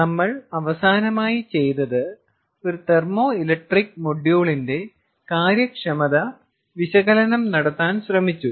നമ്മൾ അവസാനമായി ചെയ്തത് ഒരു തെർമോ ഇലക്ട്രിക് മൊഡ്യൂളിന്റെ കാര്യക്ഷമത വിശകലനം നടത്താൻ ശ്രമിച്ചു